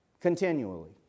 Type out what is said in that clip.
Continually